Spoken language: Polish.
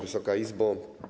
Wysoka Izbo!